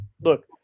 Look